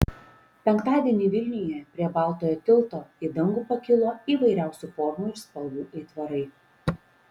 penktadienį vilniuje prie baltojo tilto į dangų pakilo įvairiausių formų ir spalvų aitvarai